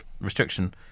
restriction